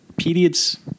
periods